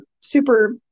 super